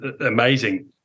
amazing